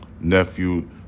nephew